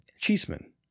Cheeseman